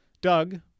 Doug